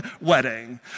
wedding